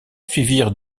suivirent